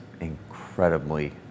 incredibly